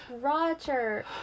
Roger